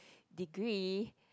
degree